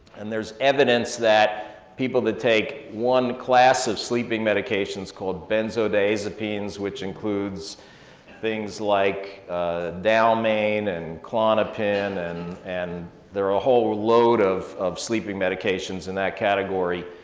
and there's evidence that people that take one class of sleeping medications called benzodiazepines, which includes things like dalmane and klonopin, and and there are a whole load of of sleeping medications in that category,